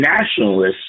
nationalists